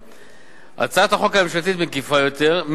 הצעת החוק הממשלתית מקיפה יותר,